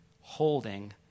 holding